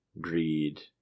greed